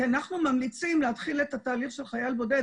כי אנחנו ממליצים להתחיל את התהליך של חייל בודד